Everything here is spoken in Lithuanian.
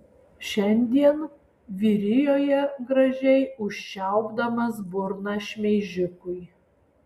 šiandien vyrijoje gražiai užčiaupdamas burną šmeižikui